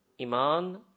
iman